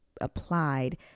applied